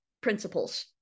principles